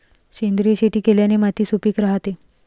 सेंद्रिय शेती केल्याने माती सुपीक राहते